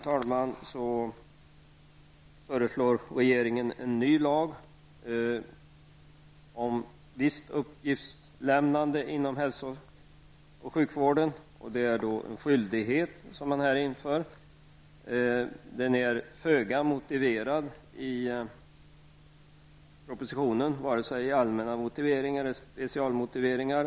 Regeringen föreslår vidare en ny lag om ett visst uppgiftslämnande inom hälso och sjukvården. I propositionen föreslås en skyldighet. Förslaget är föga motiverat i propositionen -- det gäller både allmänna motiveringar och specialmotiveringar.